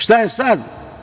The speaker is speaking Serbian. Šta je sad?